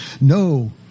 No